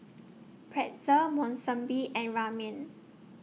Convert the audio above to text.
Pretzel Monsunabe and Ramen